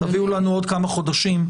תביאו לנו עוד כמה חודשים,